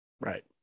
Right